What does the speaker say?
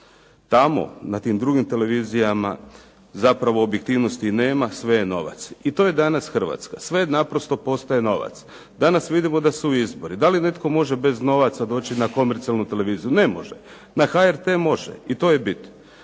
Tamo na tim drugim televizijama zapravo objektivnosti nema, sve je novac. I to je danas Hrvatska. Sve je naprosto postaje novac. Danas vidimo da su izbori. Da li netko može bez novaca doći na komercijalnu televiziju? Ne može. Na HRT može i to je bit.